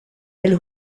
elle